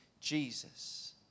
Jesus